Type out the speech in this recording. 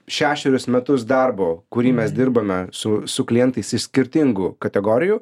šešerius metus darbo kurį mes dirbame su su klientais iš skirtingų kategorijų